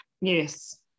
Yes